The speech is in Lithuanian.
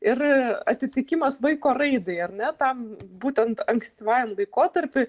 ir atitikimas vaiko raidai ar ne tam būtent ankstyvajam laikotarpiui